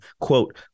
quote